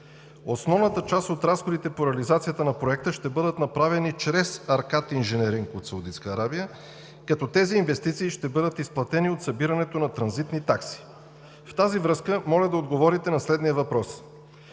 Основната част от разходите по реализацията на проекта ще бъдат направени чрез „Аркат инженеринг“ от Саудитска Арабия, като тези инвестиции ще бъдат изплатени от събирането на транзитни такси. В тази връзка моля да отговорите на следния въпрос: